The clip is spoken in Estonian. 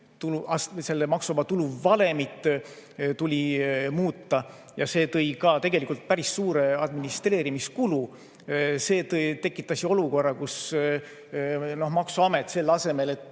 isegi maksuvaba tulu valemit tuli muuta. Ja see tõi ka tegelikult päris suure administreerimiskulu. See tekitas olukorra, kus maksuamet, selle asemel et